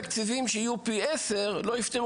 לפחות 1 בספטמבר או אוקטובר אפשר להחזיר